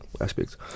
aspects